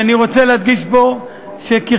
אני רוצה להדגיש פה שככלל,